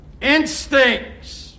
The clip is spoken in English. instincts